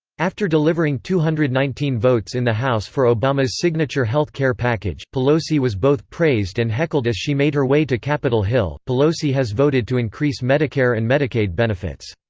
after delivering two hundred and nineteen votes in the house for obama's signature health care package, pelosi was both praised and heckled as she made her way to capitol hill pelosi has voted to increase medicare and medicaid benefits.